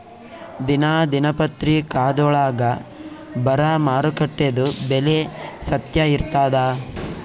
ದಿನಾ ದಿನಪತ್ರಿಕಾದೊಳಾಗ ಬರಾ ಮಾರುಕಟ್ಟೆದು ಬೆಲೆ ಸತ್ಯ ಇರ್ತಾದಾ?